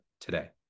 today